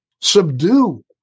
subdue